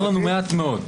נשאר לנו מעט מאוד.